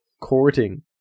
courting